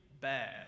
bad